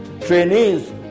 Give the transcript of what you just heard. trainees